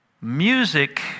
Music